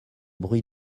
bruits